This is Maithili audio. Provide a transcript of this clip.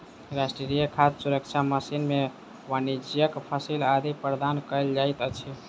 राष्ट्रीय खाद्य सुरक्षा मिशन में वाणिज्यक फसिल आदि प्रदान कयल जाइत अछि